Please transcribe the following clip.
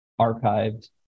archived